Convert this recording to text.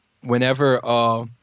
whenever